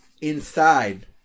Inside